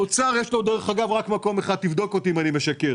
לאוצר, יש רק מקום אחד ותבדוק אותי אם אני משקר.